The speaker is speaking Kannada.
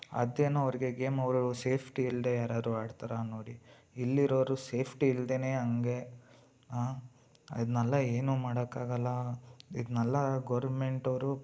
ಅದೇನೋ ಅವ್ರಿಗೆ ಗೇಮ್ ಅವ್ರವ್ರ ಸೇಫ್ಟಿ ಇಲ್ಲದೇ ಯಾರಾದ್ರು ಆಡ್ತಾರಾ ನೋಡಿ ಇಲ್ಲಿರೋರು ಸೇಫ್ಟಿ ಇಲ್ದೆ ಹಂಗೆ ಹಾಂ ಇದ್ನೆಲ್ಲ ಏನು ಮಾಡೋಕ್ಕಾಗಲ್ಲ ಇದ್ನೆಲ್ಲ ಗೌರ್ಮೆಂಟವರು